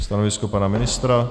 Stanovisko pana ministra?